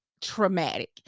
traumatic